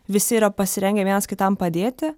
visi yra pasirengę vienas kitam padėti